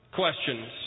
questions